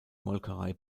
molkerei